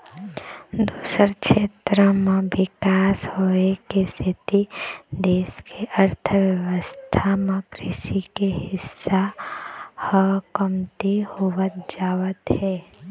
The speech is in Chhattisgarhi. दूसर छेत्र म बिकास होए के सेती देश के अर्थबेवस्था म कृषि के हिस्सा ह कमती होवत जावत हे